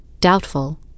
Doubtful